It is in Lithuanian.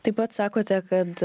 taip pat sakote kad